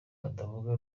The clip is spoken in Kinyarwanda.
batavuga